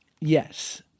Yes